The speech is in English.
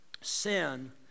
Sin